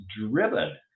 driven